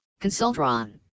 consultron